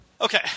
Okay